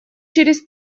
через